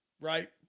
right